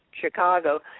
Chicago